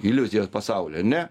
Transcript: iliuzijas pasaulio ne